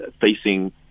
facing